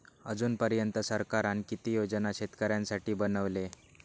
अजून पर्यंत सरकारान किती योजना शेतकऱ्यांसाठी बनवले?